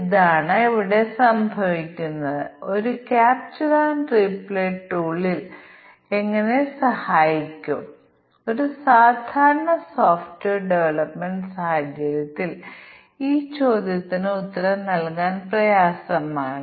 അതിനാൽ ഇതിന്റെ അടിസ്ഥാനത്തിൽ ഡിസ്കൌണ്ട് നിരക്ക് എന്താണ് അത് 10 ശതമാനം 15 ശതമാനം 5 ശതമാനം അല്ലെങ്കിൽ 0 ശതമാനം എന്നിങ്ങനെയുള്ള പ്രവർത്തനങ്ങൾ ഞങ്ങൾക്കുണ്ട് കൂടാതെ ഷിപ്പിംഗ് സൌജന്യമാണ്